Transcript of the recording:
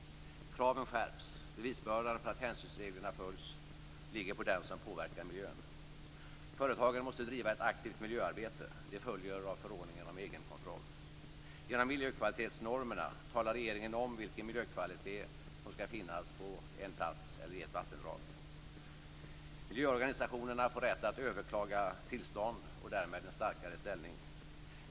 · Kraven skärps. Bevisbördan för att hänsynsreglerna följs ligger på den som påverkar miljön. · Företagen måste driva ett aktivt miljöarbete. Det följer av förordningen av egenkontroll. · Genom miljökvalitetsnormerna talar regeringen om vilken miljökvalitet som skall finnas på en plats eller i ett vattendrag. · Miljöorganisationerna får rätt att överklaga tillstånd och därmed en starkare ställning.